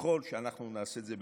ככל שאנחנו נעשה את זה,